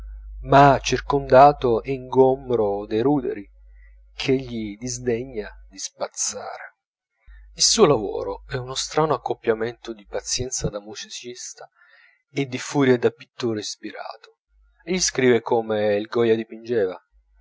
ma circondato e ingombro dei ruderi ch'egli disdegna di spazzare il suo lavoro è uno strano accoppiamento di pazienza da musicista e di furia da pittore ispirato egli scrive come il goya dipingeva